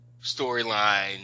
storyline